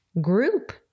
group